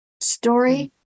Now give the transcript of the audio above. story